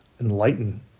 enlighten